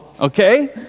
okay